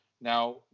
Now